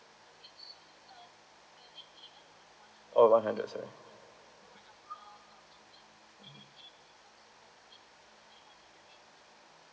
oh one hundred sorry mm